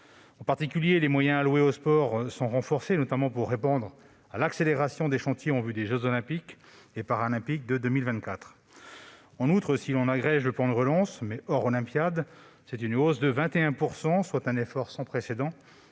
2021. Ainsi, les moyens alloués au sport sont renforcés, notamment pour répondre à l'accélération des chantiers en vue des jeux Olympiques et Paralympiques de 2024. En outre, si l'on y agrège le plan de relance, hors olympiades, c'est une hausse de 21 %, soit un effort sans précédent